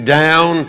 down